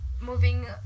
moving